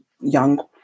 young